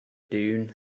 dune